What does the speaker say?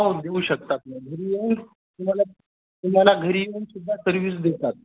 हो देऊ शकतात घरी येऊन तुम्हाला तुम्हाला घरी येऊनसुद्धा सर्विस देतात